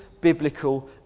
biblical